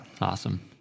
Awesome